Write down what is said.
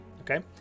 okay